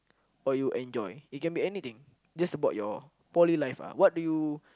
or you enjoy it can be anything just about your poly life ah what do you